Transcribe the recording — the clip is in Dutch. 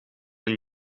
een